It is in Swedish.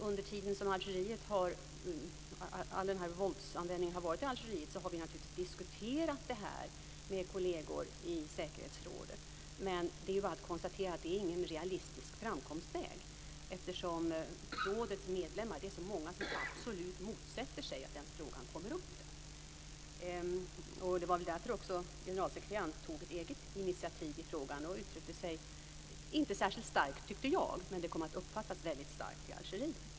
Under tiden som all våldsanvändning har skett i Algeriet har vi naturligtvis diskuterat frågan med kolleger i säkerhetsrådet. Men det är bara att konstatera att det inte är någon realistisk framkomstväg, eftersom det är så många av rådets medlemmar som absolut motsätter sig att frågan ens tas upp där. Det var väl också därför generalsekreteraren tog ett eget initiativ i frågan. Han uttryckte sig inte särskilt starkt, tycker jag, men det kom att uppfattas som väldigt starkt i Algeriet.